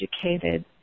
educated